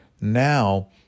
now